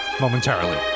Momentarily